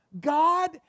God